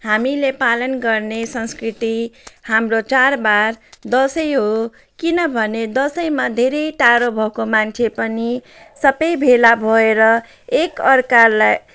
हामीले पालन गर्ने संस्कृति हाम्रो चाडबाड दसैँ हो किनभने दसैँमा धेरै टाढो भएको मान्छे पनि सबै भेला भएर एकाअर्कालाई